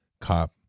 cop